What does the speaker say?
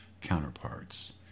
counterparts